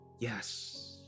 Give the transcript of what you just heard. yes